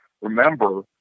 remember